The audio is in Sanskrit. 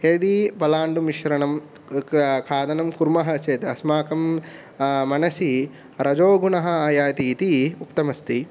यदि पलाण्डुमिश्रणं खादनं कुर्मः चेत् अस्माकं मनसि रजोगुणः आयाति इति उक्तमस्ति